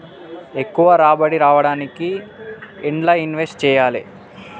ఎక్కువ రాబడి రావడానికి ఎండ్ల ఇన్వెస్ట్ చేయాలే?